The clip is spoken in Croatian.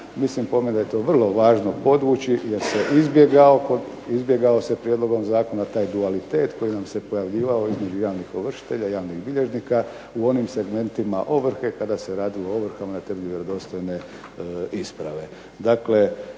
Mislim po meni da je to vrlo važno podvući jer se izbjegao se prijedlogom zakona taj dualitet koji nam se pojavljivao između javnih ovršitelja i javnih bilježnika u onim segmentima ovrhe kada se radilo o ovrhama na temelju vjerodostojne isprave.